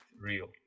real